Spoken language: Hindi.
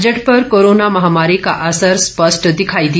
बजट पर कोरोना महामारी का असर स्पष्ट दिखाई दिया